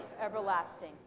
everlasting